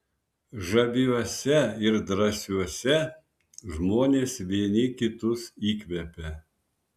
žaviuose ir drąsiuose žmonės vieni kitus įkvepia